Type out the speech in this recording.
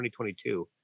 2022